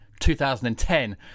2010